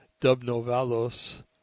Dubnovalos